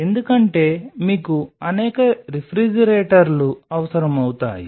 ఎందుకంటే మీకు అనేక రిఫ్రిజిరేటర్లు అవసరమవుతాయి